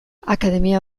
akademia